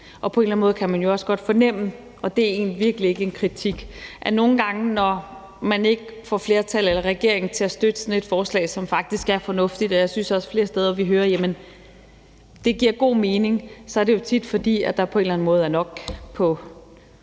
På en eller en måde kan man jo også godt fornemme, og det er virkelig ikke en kritik, at nogle gange, når man ikke får flertal for eller regeringen til at støtte sådan et forslag, som faktisk er fornuftigt, og jeg synes også flere steder, vi hører, at det giver god mening, så er det jo, fordi der på en eller anden måde er nok på